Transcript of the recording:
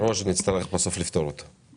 נצטרך לפתור את זה.